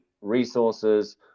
resources